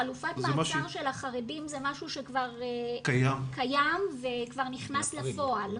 חלופת המעצר של החרדים זה משהו שכבר קיים וכבר נכנס לפועל.